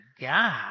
God